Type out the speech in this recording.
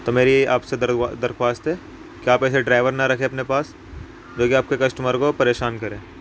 تو میری آپ سے درخواست ہے کہ آپ ایسے ڈرائیور نہ رکھیں اپنے پاس جو کہ آپ کے کسٹمر کو پریشان کرے